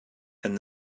and